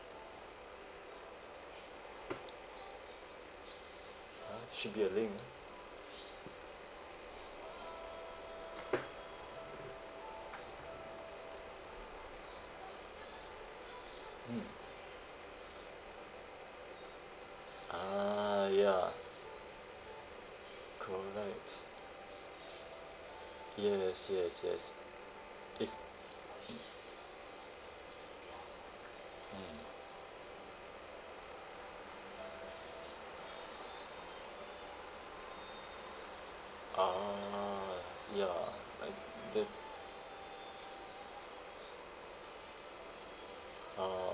should be a link mm ah ya correct yes yes yes if mm ah ya like the uh